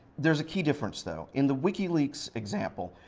there's a key difference, though. in the wikileaks example,